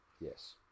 Yes